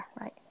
right